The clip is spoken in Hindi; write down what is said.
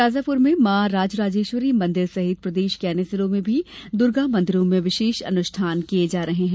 शाजापुर में मॉ राजराजेश्वरी मंदिर सहित प्रदेश के अन्य जिलों में भी दुर्गा मंदिरों में विशेष अनुष्ठान किये जा रहे हैं